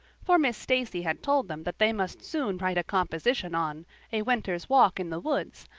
for miss stacy had told them that they must soon write a composition on a winter's walk in the woods,